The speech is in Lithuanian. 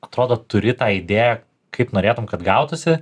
atrodo turi tą idėją kaip norėtum kad gautųsi